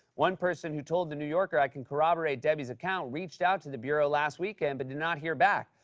one person who told the new yorker, i can corroborate debbie's account, reached out to the bureau last weekend but did not hear back.